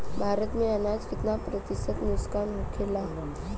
भारत में अनाज कितना प्रतिशत नुकसान होखेला?